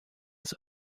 des